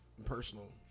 personal